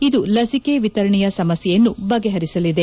ಇದು ಲಸಿಕೆ ವಿತರಣೆಯ ಸಮಸ್ಯೆಯನ್ನು ಬಗೆಹರಿಸಲಿದೆ